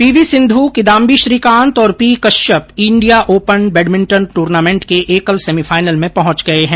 PV Sindhu Kidambi Srikanth और P Kashyap India open badminton tournament के एकल सेमीफाइनल में पहुंच गए हैं